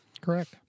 Correct